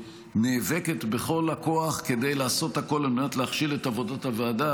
שנאבקת בכל הכוח כדי לעשות הכול על מנת להכשיל את עבודת הוועדה,